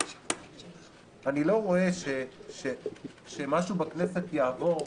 אבל אני לא רואה שמשהו בכנסת יעבור,